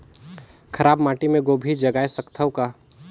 खराब माटी मे गोभी जगाय सकथव का?